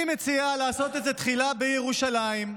אני מציע לעשות את זה תחילה בירושלים.